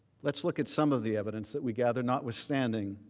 let's look at some of the evidence that we gathered notwithstanding